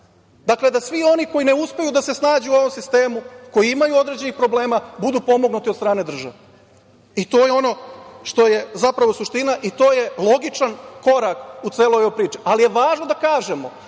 Dakle, da svi oni koji ne uspeju da se snađu u ovom sistemu, koji imaju određenih problema, budu pomognuti od strane države. To je ono što je zapravo suština i to je logičan korak u celoj ovoj priči, ali je važno da kažemo